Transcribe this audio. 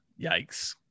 Yikes